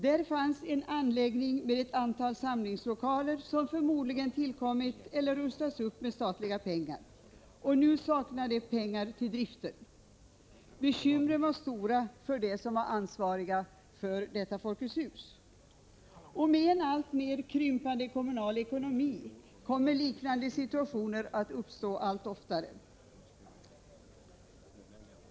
Man hade en anläggning med ett antal samlingslokaler som förmodligen tillkommit eller rustats upp med statliga pengar, men där man nu saknade pengar till driften. Bekymren var stora för dem som hade ansvaret för detta Folkets hus. Med en alltmer krympande kommunal ekonomi kommer liknande situationer att uppstå allt oftare.